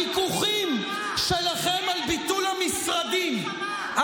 הוויכוחים שלכם על ביטול המשרדים,